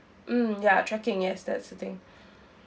mm ya trekking yes that's the thing